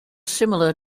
similar